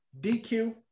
DQ